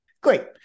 great